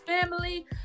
family